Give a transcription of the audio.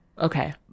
Okay